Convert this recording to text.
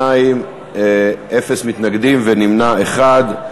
בעד 62, אין מתנגדים, נמנע אחד.